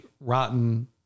rotten